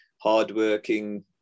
hardworking